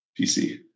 PC